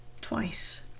twice